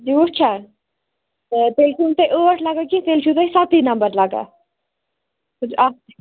زِیوٗٹھ چھا تیٚلہِ چھُنہٕ تۄہہِ ٲٹھ لَگان کینٛہہ تیٚلہِ چھو توہہِ سَتٕے نَمبر لَگان